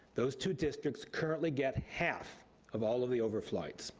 those two districts currently get half of all of the over flights.